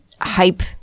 hype